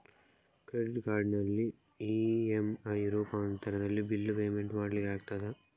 Credit ಕಾರ್ಡಿನಲ್ಲಿ EMI ರೂಪಾಂತರದಲ್ಲಿ bill payment ಮಾಡ್ಲಿಕ್ಕೆ ಆಗ್ತದ?